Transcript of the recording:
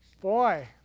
Boy